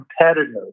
competitive